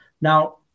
Now